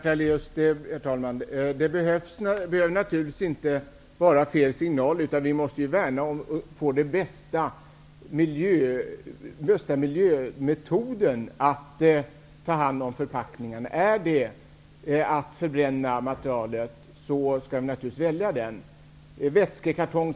Herr talman! Det skall naturligtvis inte gå ut felaktiga signaler till aktörerna. Vi måste få den bästa metoden miljömässigt för att ta hand om förpackningarna. Om det är bäst att förbränna materialet, skall vi naturligtvis välja den metoden.